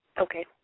Okay